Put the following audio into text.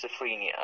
schizophrenia